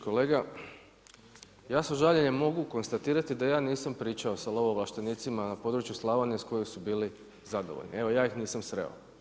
Kolega, ja sam žaljenjem mogu konstatirati da ja nisam pričao sa lovo-ovlaštenicima sa područja Slavonije s kojeg su bili zadovoljni Evo ja ih nisam sreo.